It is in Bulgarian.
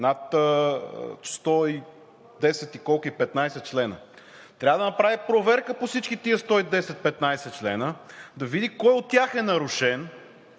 над 110 – 115 члена, трябва да направи проверка по всички тези 110 – 115 члена, да види кой от тях е нарушен,